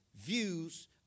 views